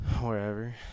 Wherever